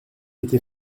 était